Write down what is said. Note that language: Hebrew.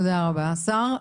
תודה רבה, השר.